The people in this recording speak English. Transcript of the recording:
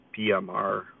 PMR